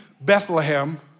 Bethlehem